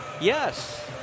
Yes